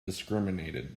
discriminated